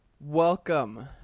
Welcome